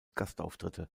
gastauftritte